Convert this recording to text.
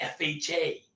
FHA